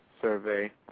survey